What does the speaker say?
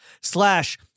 slash